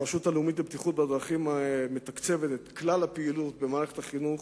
הרשות הלאומית לבטיחות בדרכים מתקצבת את כלל הפעילות במערכת החינוך